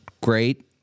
great